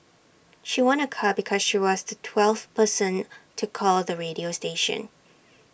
she won A car because she was the twelfth person to call the radio station